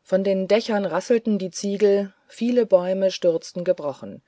von den dächern rasselten die ziegel viele bäume stürzten gebrochen